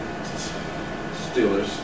Steelers